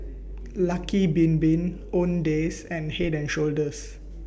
Lucky Bin Bin Owndays and Head and Shoulders